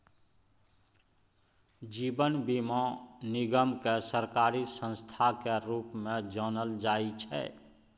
जीवन बीमा निगमकेँ सरकारी संस्थाक रूपमे जानल जाइत छै